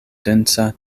densa